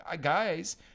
guys